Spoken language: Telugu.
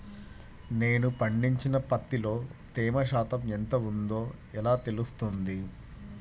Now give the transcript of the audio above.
నేను పండించిన పత్తిలో తేమ శాతం ఎంత ఉందో ఎలా తెలుస్తుంది?